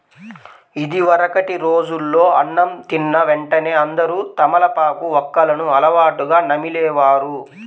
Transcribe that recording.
ఇదివరకటి రోజుల్లో అన్నం తిన్న వెంటనే అందరూ తమలపాకు, వక్కలను అలవాటుగా నమిలే వారు